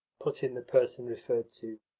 put in the person referred to,